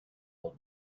old